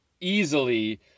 easily